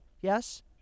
Yes